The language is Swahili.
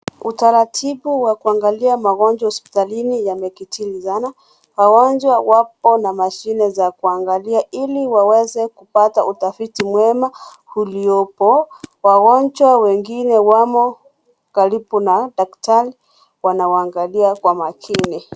Utaratibu wa kuangalia magonjwa hospitalini yamekitili zana, wagonjwa wapo na mashine za kuangalia ili waweze kupata utafiti mwema, uliopo, wagonjwa wengine wamo karipu na, daktari, wanawaangalia kwa makini.